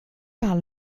par